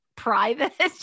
private